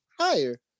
higher